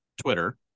Twitter